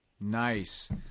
Nice